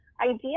IDEA